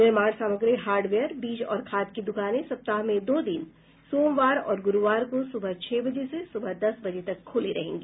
निर्माण सामग्री हार्डवेयर बीज और खाद की दुकानें सप्ताह में दो दिन सोमवार और गुरुवार को सुबह छह बजे से सुबह दस बजे तक खुली रहेंगी